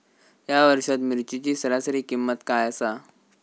या वर्षात मिरचीची सरासरी किंमत काय आसा?